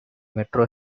metro